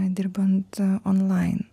dirbant onlaine